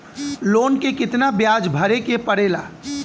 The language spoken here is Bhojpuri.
लोन के कितना ब्याज भरे के पड़े ला?